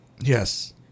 Yes